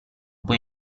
poi